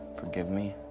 forgive me,